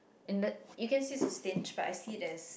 in the you can see stint price hideous